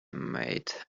made